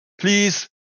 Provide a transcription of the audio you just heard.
Please